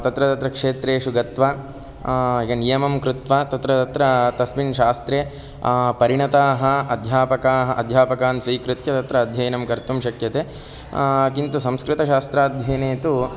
तत्र तत्र क्षेत्रेषु गत्वा ये नियमं कृत्वा तत्र तत्र तस्मिन् शास्त्रे परिणताः अध्यापकाः अध्यापकान् स्वीकृत्य तत्र अध्ययनं कर्तुं शक्यते किन्तु संस्कृतशास्त्राध्ययने तु